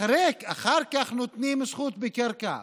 אחר כך נותנים זכות בקרקע.